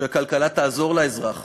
שהכלכלה תעזור לאזרח